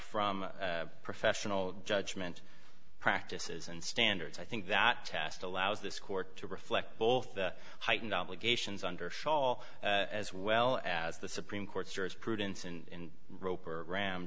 from professional judgment practices and standards i think that test allows this court to reflect both the heightened obligations under shawl as well as the supreme court's jurisprudence in roper ram